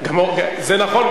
זה נכון.